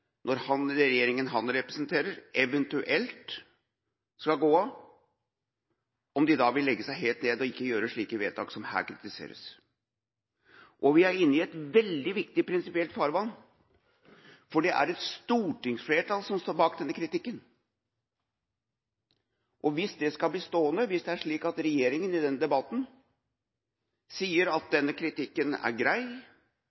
når den eventuelt skal gå av, vil legge seg helt ned og ikke gjøre slike vedtak som her kritiseres. Her er vi inne i et veldig viktig prinsipielt farvann, for det er et stortingsflertall som står bak denne kritikken. Hvis det skal bli stående – hvis det er slik at regjeringa i denne debatten sier at